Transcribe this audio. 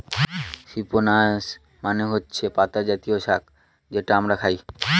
spinach মানে হচ্ছে পাতা জাতীয় শাক যেটা আমরা খায়